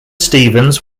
stevens